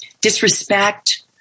disrespect